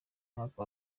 mwaka